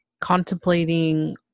contemplating